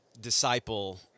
disciple